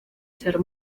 ser